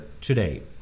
today